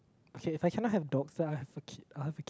okay if I cannot have dogs then I'll have a kid I'll have